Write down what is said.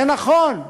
זה נכון,